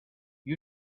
you